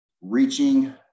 reaching